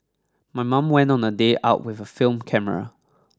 my mom went on a day out with a film camera